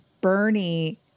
bernie